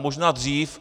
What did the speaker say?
Možná dřív.